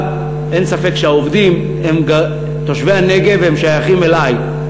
אבל אין ספק שהעובדים, תושבי הנגב, הם שייכים אלי.